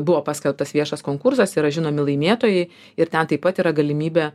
buvo paskelbtas viešas konkursas yra žinomi laimėtojai ir ten taip pat yra galimybė